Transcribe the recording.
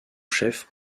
chef